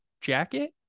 jacket